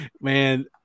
Man